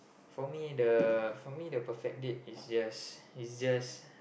for me the for me the perfect date is just is just